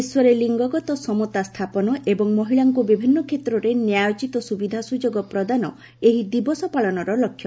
ବିଶ୍ୱରେ ଲିଙ୍ଗଗତ ସମତା ସ୍ଥାପନ ଏବଂ ମହିଳାଙ୍କୁ ବିଭିନ୍ନ କ୍ଷେତ୍ରରେ ନ୍ୟାୟୋଚିତ ସୁବିଧା ସୁଯୋଗ ପ୍ରଦାନ ଏହି ଦିବସ ପାଳନର ଲକ୍ଷ୍ୟ